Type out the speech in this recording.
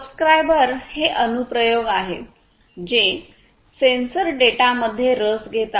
subscriber हे अनुप्रयोग आहेत जे सेन्सर डेटामध्ये रस घेतात